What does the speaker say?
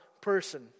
person